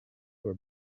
were